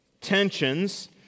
tensions